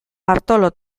bartolo